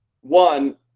one